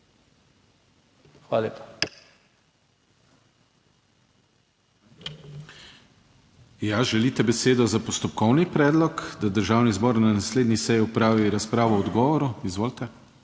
KRIVEC: Želite besedo za postopkovni predlog, da Državni zbor na naslednji seji opravi razpravo o odgovoru? Izvolite.